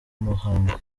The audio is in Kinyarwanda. muhanga